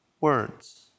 words